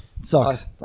sucks